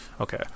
okay